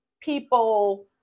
people